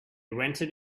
rented